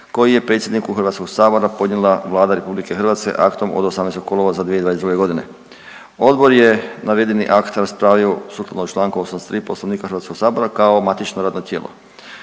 koji je predsjedniku HS-a podnijela Vlada RH aktom od 18. kolovoza 2022. g. Odbor je navedeni akt raspravio sukladno čl. 83 Poslovnika HS-a kao matično radno tijelo.